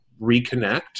reconnect